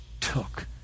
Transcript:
took